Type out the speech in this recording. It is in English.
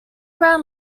brown